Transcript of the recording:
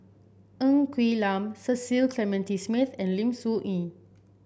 Ng Quee Lam Cecil Clementi Smith and Lim Soo Ngee